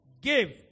Give